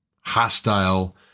hostile